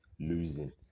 losing